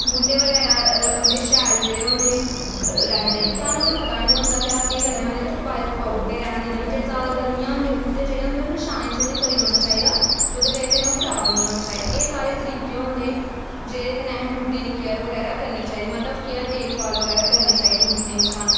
बहूटे बगैरा उं'दी शैल जेह्ड़े होंदे रैंह्दे सानूं ते पता निं होंदा ते अस केह् करने होन्ने धुप्पा च धुप्पा बहूटे रैह्न दि'न्ने होन्ने जे जैदा गर्मियां होंदियां बहूटे जेह्ड़े होंदे ना छाऐं च उ'नेंई करी ओड़ना चाहिदा जेह्दी बजह् कन्नै ओह् खराब निं होने चाहिदे एह् सारे तरीके होंदे जेह्दे कन्नै असेंगी बूह्टें दी केयर बगैरा करनी चाहिदी मतलब केयर देख भाल बगैरा करनी चाहिदी बहूटें दी सानूं